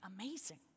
amazing